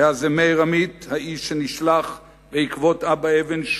היה מאיר עמית האיש שנשלח בעקבות אבא אבן,